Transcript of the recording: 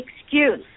excuse